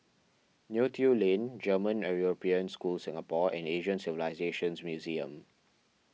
Neo Tiew Lane German European School Singapore and Asian Civilisations Museum